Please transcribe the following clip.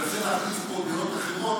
מנסה להכניס פה דעות אחרות,